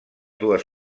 dues